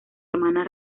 hermana